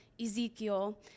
Ezekiel